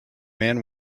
man